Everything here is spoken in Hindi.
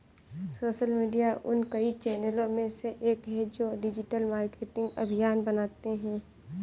सोशल मीडिया उन कई चैनलों में से एक है जो डिजिटल मार्केटिंग अभियान बनाते हैं